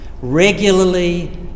Regularly